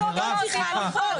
אני אומרת לך.